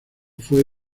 fue